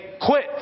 quit